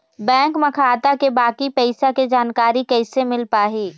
Bank म खाता के बाकी पैसा के जानकारी कैसे मिल पाही?